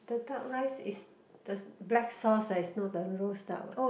the duck rice is the black sauce eh is not the roast duck what